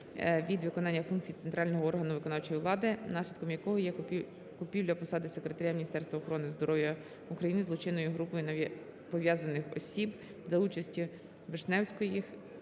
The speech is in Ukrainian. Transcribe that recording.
від виконання функцій центрального органу виконавчої влади, наслідком якої є купівля посади секретаря Міністерства охорони здоров’я України злочинною групою пов'язаних осіб за участю Л. Вишневської, О.